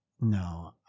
no